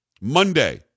Monday